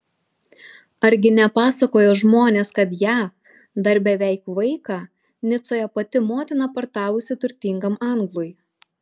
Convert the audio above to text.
argi nepasakojo žmonės kad ją dar beveik vaiką nicoje pati motina pardavusi turtingam anglui